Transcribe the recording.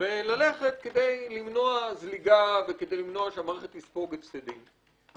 כדי למנוע זליגה וכדי למנוע שהמערכת תספוג הפסדים.